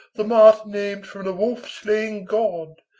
the mart named from the wolf slaying god